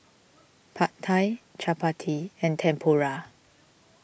Pad Thai Chapati and Tempura